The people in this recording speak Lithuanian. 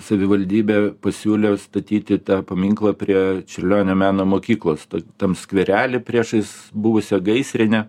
savivaldybė pasiūliau statyti tą paminklą prie čiurlionio meno mokyklos tam skverely priešais buvusią gaisrinę